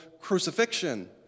crucifixion